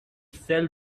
sell